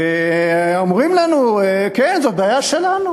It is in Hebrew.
ואמרים לנו: כן, זו בעיה שלנו.